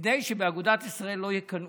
כדי שבאגודת ישראל לא יקנאו,